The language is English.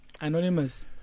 anonymous